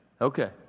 Okay